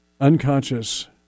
unconscious